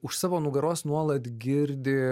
už savo nugaros nuolat girdi